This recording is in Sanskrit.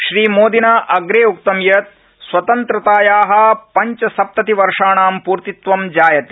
श्रीमोदिना अग्रे उक्त् यत् स्वतन्त्रताया पञ्चसप्तति वर्षाणां पूर्तित्वम् जायते